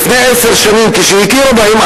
לפני עשר שנים היא הכירה בהם,